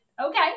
Okay